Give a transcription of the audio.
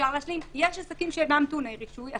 יש עסקים שאינם טעוני רישוי.